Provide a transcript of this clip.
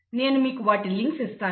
నేను మీకు వాటి లింక్స్ ఇస్తాను